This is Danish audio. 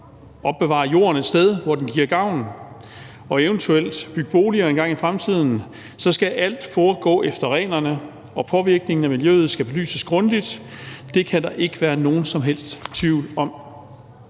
opbevare jorden et sted, hvor den giver gavn, og eventuelt bygge boliger engang i fremtiden, så skal alt foregå efter reglerne, og påvirkningen af miljøet skal belyses grundigt. Det kan der ikke være nogen som helst tvivl om.